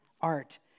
art